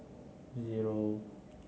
zero